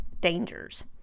dangers